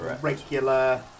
Regular